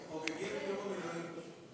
חוגגים את יום המילואים, פשוט.